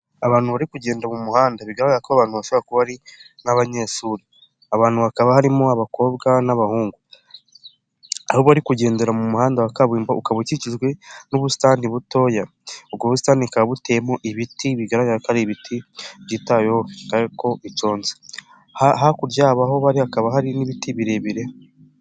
Abantu bari kugenda mu muhanda bigaragara ko abantu bashobora kuba ari nk'abanyeshuri abantu bakaba harimo abakobwa n'abahungu, aho bari kugendera mu muhanda wa kaburimbo ukaba ukikijwe n'ubusitani butoya, ubwo busitani bukaba buteyeho ibiti bigaragara ko ari ibiti byitaweho kandi bitoshye, hakurya yaho aho bari hakaba hari n'ibiti birebire.